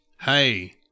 Hey